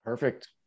Perfect